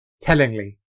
Tellingly